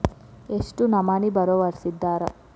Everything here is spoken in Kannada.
ಎಷ್ಟ್ ನಮನಿ ಬಾರೊವರ್ಸಿದಾರ?